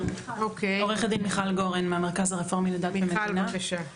עורכת דין מיכל גורן מהמרכז הרפורמי לדת ומדינה.